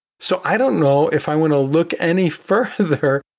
so i don't know if i want to look any further.